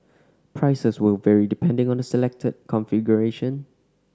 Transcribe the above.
price is vary depending on the selected configuration